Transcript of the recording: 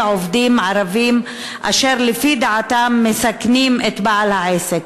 עובדים ערבים אשר לפי דעתם מסכנים את בעל העסק.